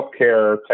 healthcare